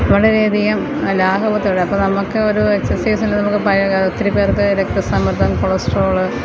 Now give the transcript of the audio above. വളരെയധികം ലാഘവത്തോടെ അപ്പം നമുക്ക് ഒരു എക്സസൈസും ഇല്ല നമുക്ക് പഴയ കാലത്ത് ഒത്തിരി പേർക്ക് രക്തസമ്മർദ്ദം കൊളസ്ട്രോൾ